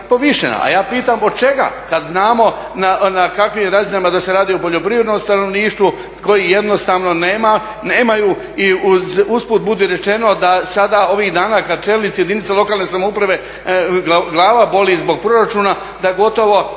A ja pitam od čega kad znamo na kakvim razinama, da se radi o poljoprivrednom stanovništvu koji jednostavno nemaju i usput budi rečeno da sada ovih dana kad čelnici jedinica lokalne samouprave glava boli zbog proračuna, da gotovo